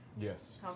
Yes